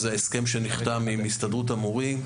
זה ההסכם שנחתם עם הסתדרות המורים,